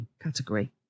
category